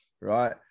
Right